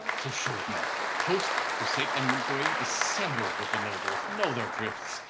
so show it now post to saint edmondsbury, dissemble with the nobles, know their drifts,